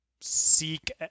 seek